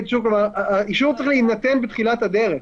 אישור צריך להינתן בתחילת הדרך.